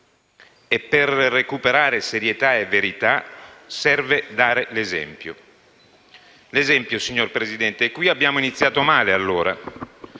E, per recuperare serietà e verità, serve dare l'esempio. Signor Presidente, qui abbiamo iniziato male, allora.